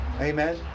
Amen